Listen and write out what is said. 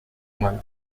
malo